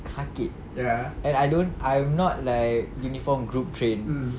sakit and I don't I'm not like uniform group trained